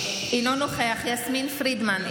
אינו נוכח יסמין פרידמן,